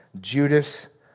Judas